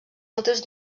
altres